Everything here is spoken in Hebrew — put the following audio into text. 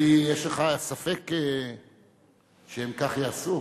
וכי יש לך ספק שהם כך יעשו?